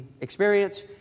experience